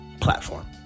platform